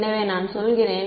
எனவே நான் சொல்கிறேன்